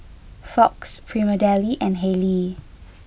Fox Prima Deli and Haylee